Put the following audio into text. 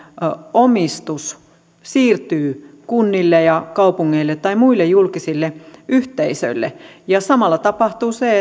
omistus siirtyy kunnille ja kaupungeille tai muille julkisille yhteisöille ja samalla tapahtuu se